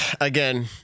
again